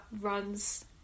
runs